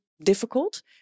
difficult